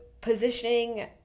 positioning